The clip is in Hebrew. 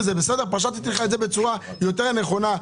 שאלתי את זה בצורה יותר נכונה,